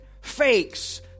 fakes